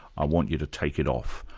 i want you to take it off,